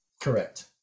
Correct